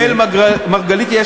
אראל מרגלית.